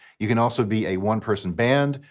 you can also be a one-person band,